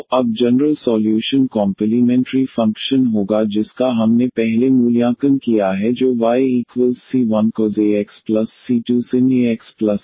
cos ax तो अब general solution complementary function होगा जिसका हमने पहले मूल्यांकन किया है जो yc1cos ax c2sin ax xasin ax 1a2ln